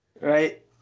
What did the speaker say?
right